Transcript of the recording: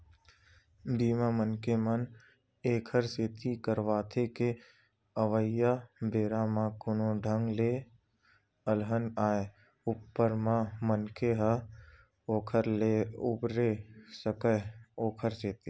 बीमा, मनखे मन ऐखर सेती करवाथे के अवइया बेरा म कोनो ढंग ले अलहन आय ऊपर म मनखे ह ओखर ले उबरे सकय ओखर सेती